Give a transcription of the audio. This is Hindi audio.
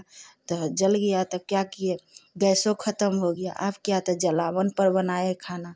तो जल गया तो क्या किए गैसो ख़त्म हो गया अब क्या तो जलावन पर बनाए खाना